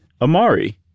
Amari